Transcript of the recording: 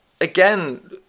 again